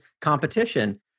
competition